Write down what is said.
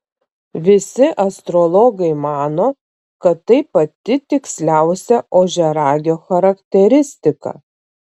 visi astrologai mano kad tai pati tiksliausia ožiaragio charakteristika